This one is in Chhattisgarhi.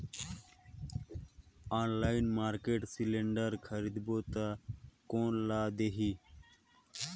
ऑनलाइन मार्केट सिलेंडर खरीदबो ता कोन ला देही?